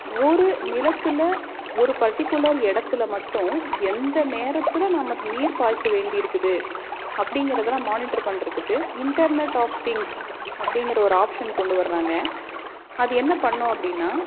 ஒரு நிலத்தில் ஒரு பர்ட்டிகுலர் இடத்துல மட்டும் எந்த நேரத்தில் நாம் நீர் பாய்ச்ச வேண்டி இருக்குது அப்படிங்கிறதுலாம் மானிட்டர் பண்ணுறதுக்கு இன்டர்நெட் ஆஃப் திங்க்ஸ் அப்படிங்கிற ஒரு ஆப்ஷன் கொண்டு வர்றாங்க அது என்ன பண்ணும் அப்படின்னா